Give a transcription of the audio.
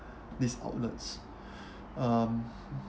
these outlets um